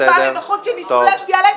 השפעה מבחוץ שניסו להשפיע עליי,